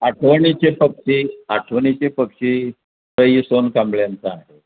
आठवणीचे पक्षी आठवणीचे पक्षी पई सोनकांबळ्यांचं आहे